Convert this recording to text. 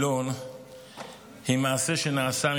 והיא תעבור לוועדת העבודה והרווחה.